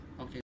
Okay